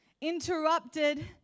Interrupted